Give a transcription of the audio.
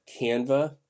Canva